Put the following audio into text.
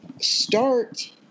start